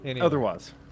Otherwise